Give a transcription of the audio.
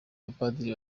abapadiri